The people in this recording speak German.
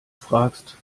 fragst